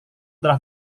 telah